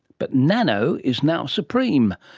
but nano is now supreme!